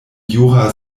jura